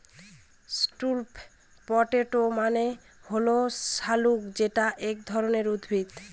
sweet potato মানে হল শাকালু যেটা এক ধরনের উদ্ভিদ